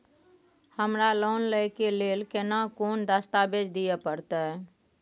हमरा लोन लय के लेल केना कोन दस्तावेज दिए परतै?